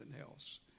else